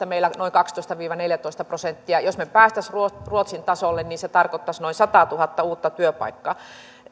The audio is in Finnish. meillä noin kaksitoista viiva neljätoista prosenttia jos me pääsisimme ruotsin ruotsin tasolle niin se tarkoittaisi noin sataatuhatta uutta työpaikkaa